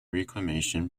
reclamation